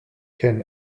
can